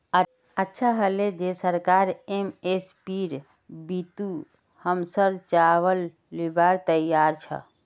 अच्छा हले जे सरकार एम.एस.पीर बितु हमसर चावल लीबार तैयार छ